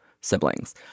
siblings